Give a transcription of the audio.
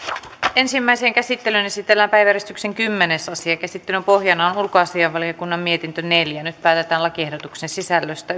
ensimmäiseen käsittelyyn esitellään päiväjärjestyksen kymmenes asia käsittelyn pohjana on ulkoasiainvaliokunnan mietintö neljä nyt päätetään lakiehdotuksen sisällöstä